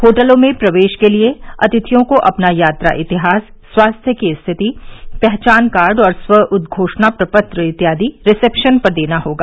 होटलों में प्रवेश के लिए अतिथियों को अपना यात्रा इतिहास स्वास्थ्य की स्थिति पहचान कार्ड और स्व उद्घोषणा प्रपत्र इत्यादि रिसेप्शन पर देना होगा